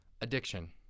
Addiction